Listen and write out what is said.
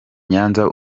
nyanza